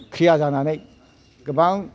ख्रिया जानानै गोबां